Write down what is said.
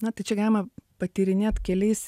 na tai čia galima patyrinėt keliais